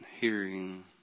hearing